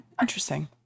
Interesting